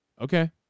Okay